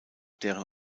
deren